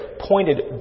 pointed